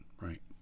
right